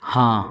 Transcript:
हाँ